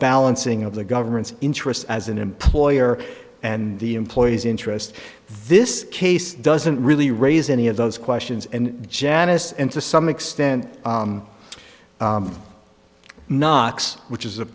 balancing of the government's interest as an employer and the employees interest this case doesn't really raise any of those questions and janice and to some extent knox which is a